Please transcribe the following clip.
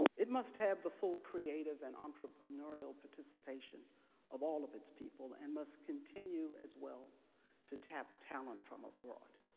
it must have the full creative and entrepreneurial participation of all of its people, and must continue as well to tap talent from abroad.